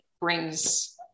brings